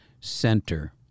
Center